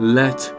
let